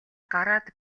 гараад